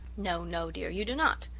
no, no, dear, you do not.